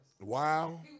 Wow